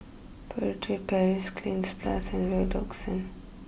Furtere Paris Cleanz Plus and Redoxon